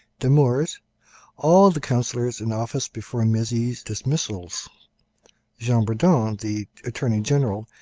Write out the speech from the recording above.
damours all the councillors in office before mezy's dismissals jean bourdon, the attorney-general,